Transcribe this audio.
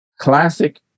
classic